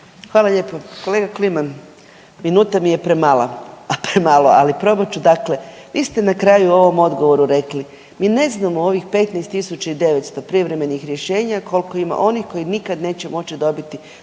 Hvala lijepo. Kolega Kliman, minuta mi je premalo, ali probat ću, dakle vi ste na kraju u ovom odgovoru rekli, mi ne znamo u ovih 15.900 privremenih rješenja koliko ima onih koji nikad neće moći dobiti